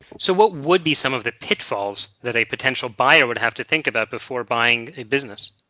so what would be some of the pitfalls that a potential buyer would have to think about before buying a business?